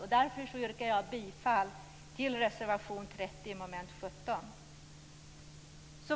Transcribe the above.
Med detta yrkar jag bifall till reservation 30 under mom. 17.